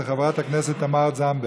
של חברת הכנסת תמר זנדברג.